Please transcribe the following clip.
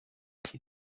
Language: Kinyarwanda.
iki